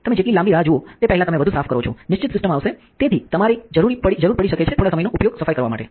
તમે જેટલી લાંબી રાહ જુઓ તે પહેલાં તમે વધુ સાફ કરો છો નિશ્ચિત સિસ્ટ આવશે અને તેથી તમારે જરૂર પડી શકે છે થોડા સમયનો ઉપયોગ સફાઈ કરવા માટે